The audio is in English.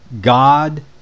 God